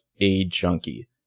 A-junkie